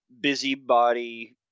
busybody